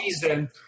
season